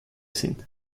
sind